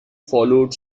followed